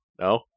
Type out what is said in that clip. No